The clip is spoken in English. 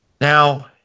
Now